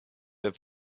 have